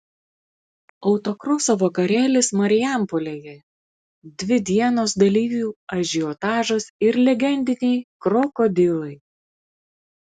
autokroso vakarėlis marijampolėje dvi dienos dalyvių ažiotažas ir legendiniai krokodilai